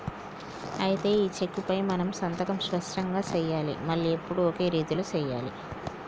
అయితే ఈ చెక్కుపై మనం సంతకం స్పష్టంగా సెయ్యాలి మళ్లీ ఎప్పుడు ఒకే రీతిలో సెయ్యాలి